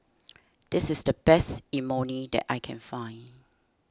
this is the best Imoni that I can find